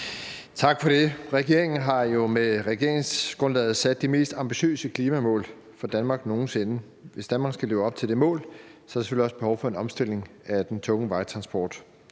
Tak for det. Regeringen har jo med regeringsgrundlaget sat det mest ambitiøse klimamål for Danmark nogen sinde. Hvis Danmark skal leve op til det mål, er der selvfølgelig også behov for en omstilling af den tunge vejtransport.